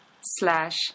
slash